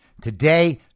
Today